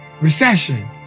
recession